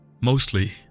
Mostly